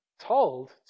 told